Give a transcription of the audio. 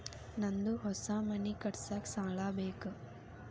ನಂದು ಹೊಸ ಮನಿ ಕಟ್ಸಾಕ್ ಸಾಲ ಬೇಕು